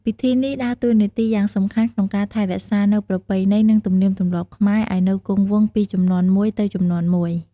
ពិធីនេះដើរតួនាទីយ៉ាងសំខាន់ក្នុងការ ថែរក្សានូវប្រពៃណី និង ទំនៀមទម្លាប់ខ្មែរ ឲ្យនៅគង់វង្សពី ជំនាន់មួយទៅជំនាន់មួយ។